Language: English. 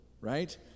right